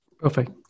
Perfect